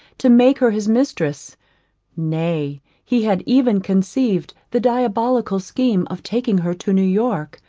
to make her his mistress nay, he had even conceived the diabolical scheme of taking her to new-york,